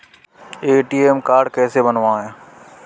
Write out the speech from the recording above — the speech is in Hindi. ए.टी.एम कार्ड कैसे बनवाएँ?